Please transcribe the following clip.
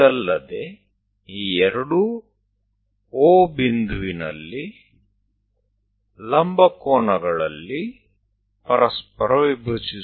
વધારામાં આ બંને એકબીજાને કાટખૂણે O પાસે દ્વિભાજે છે